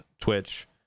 Twitch